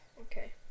okay